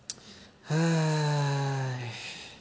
!hais!